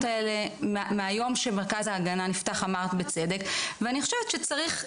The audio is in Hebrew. האלה מהיום שמרכז ההגנה נפתח ואני חושבת שצריך,